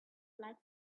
like